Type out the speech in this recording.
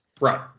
Right